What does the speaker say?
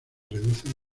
reducen